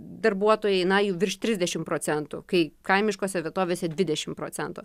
darbuotojai na jų virš trisdešimt procentų kai kaimiškose vietovėse dvidešimt procentų